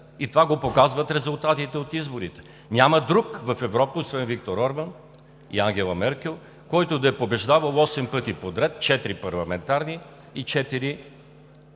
и това го показват резултатите от изборите. Няма друг в Европа, освен Виктор Орбан и Ангела Меркел, който да е побеждавал осем пъти поред – четири парламентарни и